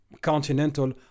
continental